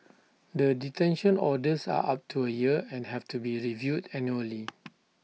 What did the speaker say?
the detention orders are up to A year and have to be reviewed annually